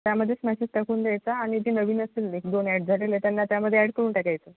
त्यामध्येच मेसेस टाकून द्यायचा आणि जे नवीन असतील एक दोन ॲड झालेले त्यांना त्यामध्ये ॲड करून टाकायचं